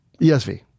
ESV